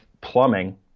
plumbing